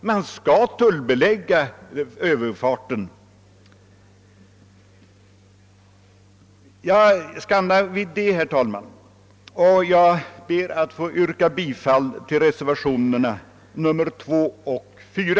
Jag stannar vid detta, herr talman, och jag ber att få yrka bifall till reservationerna 2 och 4.